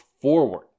forward